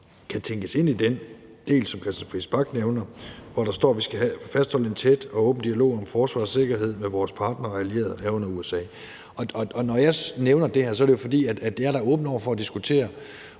kan tænkes ind i den del, som Christian Friis Bach nævner, hvor der står, at vi skal »fastholde en tæt og åben dialog om forsvar og sikkerhed med vores partnere og allierede, herunder USA«. Når jeg nævner det her, er det jo, fordi jeg da er åben over for at diskutere,